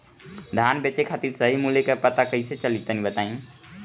धान बेचे खातिर सही मूल्य का पता कैसे चली तनी बताई?